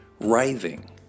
writhing